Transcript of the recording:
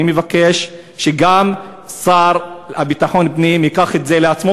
אני מבקש שגם השר לביטחון פנים ייקח את זה על עצמו,